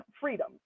freedom